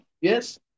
Yes